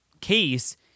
case